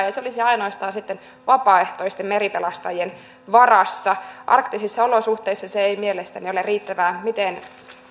ja se olisi ainoastaan sitten vapaaehtoisten meripelastajien varassa arktisissa olosuhteissa se ei mielestäni ole riittävää miten